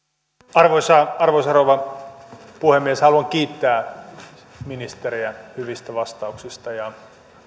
arvoisa arvoisa rouva puhemies haluan kiittää ministeriä hyvistä vastauksista